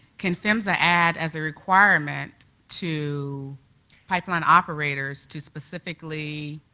can phmsa add as requirement to pipeline operators to specifically